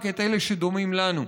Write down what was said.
אנחנו רוצים רק את אלה שדומים לנו.